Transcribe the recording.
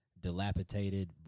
dilapidated